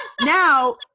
now